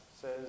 says